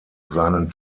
seinen